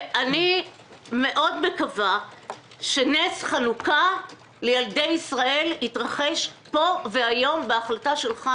אני מאוד מקווה שנס חנוכה לילדים ישראל יתרחש פה והיום בהחלטה שלך,